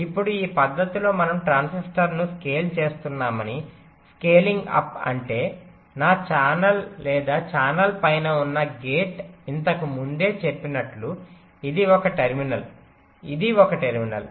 ఇప్పుడు ఈ పద్ధతిలో మనం ట్రాన్సిస్టర్ను స్కేల్ చేస్తున్నామని స్కేలింగ్ అప్ అంటే నా ఛానెల్ లేదా ఛానెల్ పైన ఉన్న గేట్ ఇంతకు ముందే చెప్పినట్లు ఇది 1 టెర్మినల్ ఇది 1 టెర్మినల్